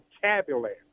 vocabulary